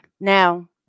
Now